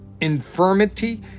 infirmity